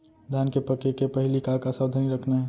धान के पके के पहिली का का सावधानी रखना हे?